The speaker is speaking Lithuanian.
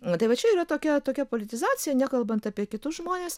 nu tai va čia yra tokia tokia politizacija nekalbant apie kitus žmones